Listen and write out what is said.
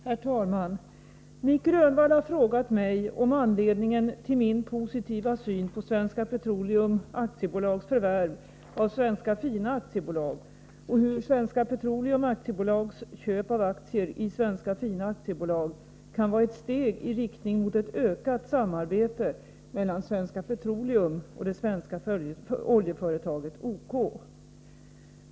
Herr talman! Nic Grönvall har frågat mig om anledningen till min positiva syn på Svenska Petroleum AB:s förvärv av Svenska Fina AB och hur Svenska Petroleum AB:s köp av aktier i Svenska Fina AB kan vara ett steg i riktning mot ett ökat samarbete mellan Svenska Petroleum och det svenska oljeföretaget OK.